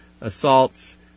assaults